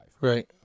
Right